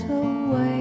away